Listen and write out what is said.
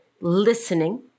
listening